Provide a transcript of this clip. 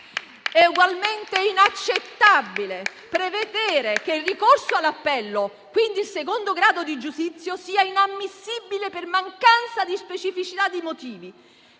È ugualmente inaccettabile prevedere che il ricorso all'appello, quindi il secondo grado di giudizio, sia inammissibile per mancanza di specificità dei motivi: